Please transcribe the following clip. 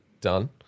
done